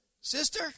Sister